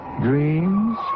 dreams